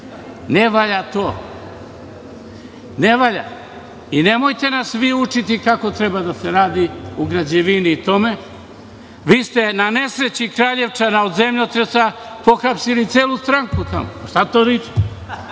Ne valja to. Ne valja. Nemojte nas vi učiti kako treba da se radi u građevini. Vi ste na nesreći Kraljevčana od zemljotresa pohapsili celu stranku tamo. Seljacima